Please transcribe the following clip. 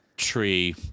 tree